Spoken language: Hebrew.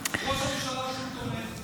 זה ראש הממשלה של כולנו.